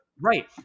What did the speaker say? Right